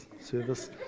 service